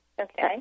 Okay